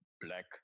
black